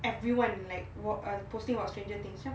everyone like posting about stranger things